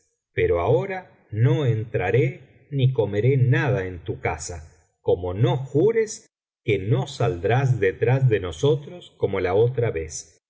pero ahora no entraré ni comeré nada en tu casa como no jures que no saldrás detrás de nosotros como la otra vez